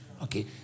Okay